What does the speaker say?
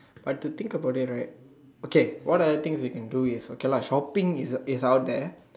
but to think about it right okay what other things you can do is okay lah shopping is is out there